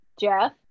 jeff